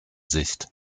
sicht